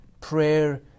prayer